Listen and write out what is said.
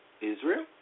Israel